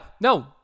no